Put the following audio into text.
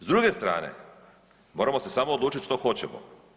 S druge strane, moramo se samo odlučiti što hoćemo.